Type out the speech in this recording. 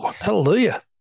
hallelujah